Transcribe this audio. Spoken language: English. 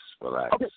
Relax